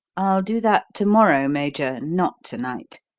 i'll do that to-morrow, major not to-night.